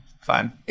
fine